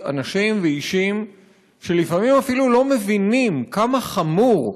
אנשים ואישים שלפעמים אפילו לא מבינים כמה חמורה